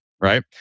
right